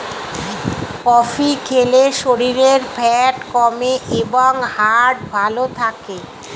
coffee খেলে শরীরের fat কমে এবং হার্ট ভালো থাকে